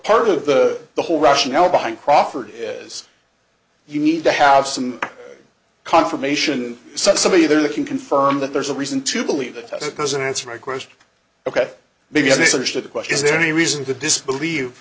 part of the the whole rationale behind crawford is you need to have some confirmation somebody they're looking confirm that there's a reason to believe that it doesn't answer my question ok maybe i misunderstood the question is there any reason to disbelieve